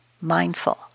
mindful